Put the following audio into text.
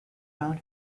found